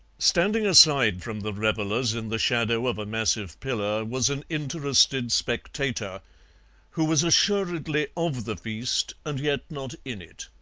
standing aside from the revellers in the shadow of a massive pillar was an interested spectator who was assuredly of the feast, and yet not in it.